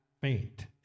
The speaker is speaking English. faint